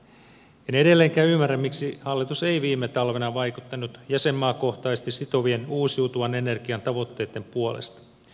en edelleenkään ymmärrä miksi hallitus ei viime talvena vaikuttanut jäsenmaakohtaisesti sitovien uusiutuvan energian tavoitteitten puolesta